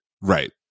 right